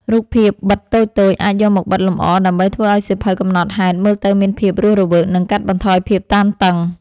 រូបភាពបិតតូចៗ អាចយកមកបិទលម្អដើម្បីធ្វើឱ្យសៀវភៅកំណត់ហេតុមើលទៅមានភាពរស់រវើក និងកាត់បន្ថយភាពតានតឹង។